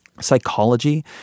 Psychology